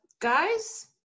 Guys